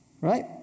Right